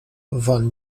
van